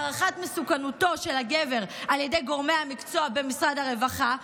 הערכת מסוכנות של הגבר על ידי גורמי המקצוע במשרד הרווחה,